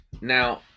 Now